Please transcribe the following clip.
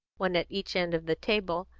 one at each end of the table,